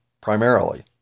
primarily